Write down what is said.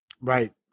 right